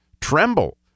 tremble